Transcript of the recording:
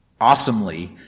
awesomely